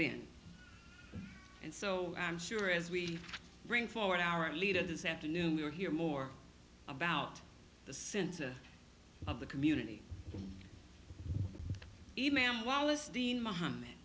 been and so i'm sure as we bring forward our leaders this afternoon we are hear more about the center of the community e mail and wallace dean mohamm